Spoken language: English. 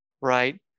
right